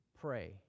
pray